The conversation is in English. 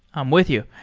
i'm with you.